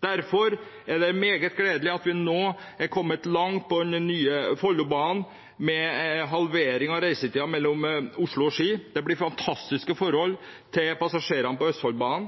Derfor er det meget gledelig at vi nå er kommet langt på den nye Follobanen, med halvering av reisetiden mellom Oslo og Ski. Det blir fantastiske forhold for passasjerene på Østfoldbanen.